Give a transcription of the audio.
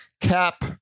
cap